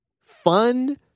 fun